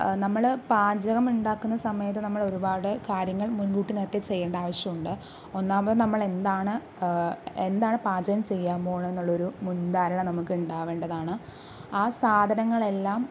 നമ്മൾ പാചകം ഉണ്ടാക്കുന്ന സമയത്ത് നമ്മൾ ഒരുപാട് കാര്യങ്ങൾ മുൻകൂട്ടി നേരത്തെ ചെയ്യേണ്ട ആവശ്യം ഉണ്ട് ഒന്നാമത് നമ്മൾ എന്താണ് എന്താണ് പാചകം ചെയ്യാൻ പോകുന്നതെന്നുള്ളൊരു മുൻധാരണ നമുക്ക് ഉണ്ടാവേണ്ടതാണ് ആ സാധനങ്ങളെല്ലാം